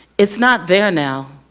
it's not there now,